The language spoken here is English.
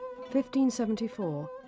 1574